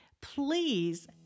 please